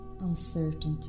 uncertainty